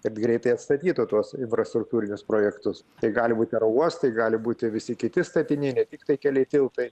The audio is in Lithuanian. kad greitai atstatytų tuos infrastruktūrinius projektus tai gali būti aerouostai gali būti visi kiti statiniai ne tiktai keliai tiltai